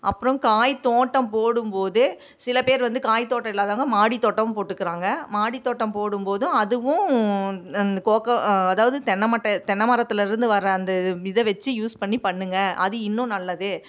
அப்றம் காய் தோட்டம் போடும்போது சில பேர் வந்து காய் தோட்டம் இல்லாதவங்க மாடித் தோட்டமும் போட்டுக்கிறாங்க மாடித் தோட்டம் போடும்போதும் அதுவும் இந்த அதாவது தென்னமட்டை தென்னை மரத்துலேருந்து வர அந்த இதை வச்சு யூஸ் பண்ணி பண்ணுங்கள் அது இன்னும் நல்லது